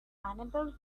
unable